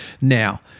Now